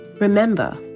Remember